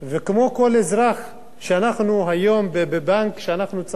שהיום בבנק אנחנו מתחייבים לפרוס את זה,